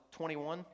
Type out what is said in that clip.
21